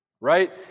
Right